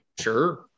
sure